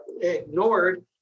ignored